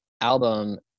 album